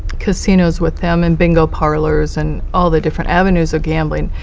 casinos with them and bingo parlors and all the different avenues of gambling.